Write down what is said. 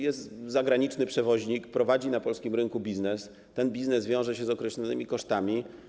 Jest zagraniczny przewoźnik, prowadzi biznes na polskim rynku i ten biznes wiąże się z określonymi kosztami.